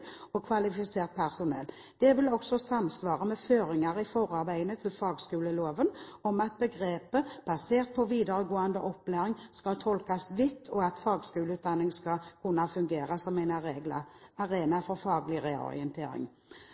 av kvalifisert personell. Det vil også samsvare med føringene i forarbeidene til fagskoleloven om at begrepet «basert på videregående opplæring» skal tolkes vidt og at fagskoleutdanningen skal kunne fungere som en arena for faglig reorientering».